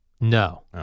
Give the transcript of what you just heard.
No